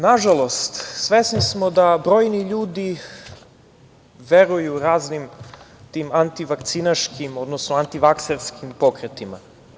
Nažalost, svesni smo da brojni ljudi veruju raznim tim anti-vakcinaškim, odnosno anti-vakserskim pokretima.